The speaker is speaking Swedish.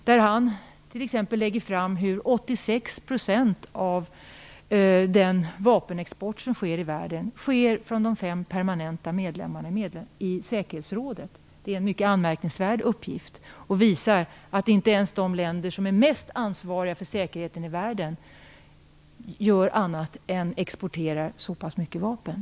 Han visar t.ex. att de fem permanenta medlemmarna i säkerhetsrådet står för 86 % av världens vapenexport. Det är mycket anmärkningsvärt att de länder som är mest ansvariga för säkerheten i världen exporterar så pass mycket vapen.